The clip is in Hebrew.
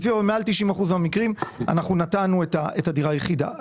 אבל מעל 90% מהמקרים נתנו את הדירה היחידה.